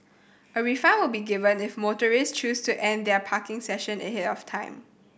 a refund will be given if motorist choose to end their parking session ahead of time